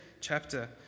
chapter